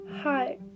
hi